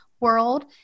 world